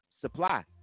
Supply